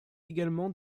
également